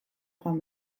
joan